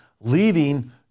leading